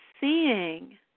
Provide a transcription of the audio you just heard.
seeing